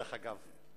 דרך אגב.